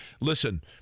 Listen